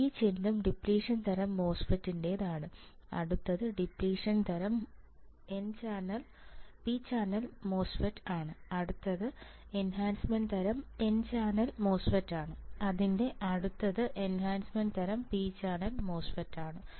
ഈ ചിഹ്നം ഡിപ്ലിഷൻ തരം എൻ ചാനൽ MOSFET ആണ് അടുത്തത് ഡിപ്ലിഷൻ തരം പി ചാനൽ MOSFET ആണ് അടുത്തത് എൻഹാൻസ്മെൻറ് തരം എൻ ചാനൽ MOSFET ആണ് അതിൻറെ അടുത്ത് എൻഹാൻസ്മെൻറ് തരം പി ചാനൽ MOSFET ആണ്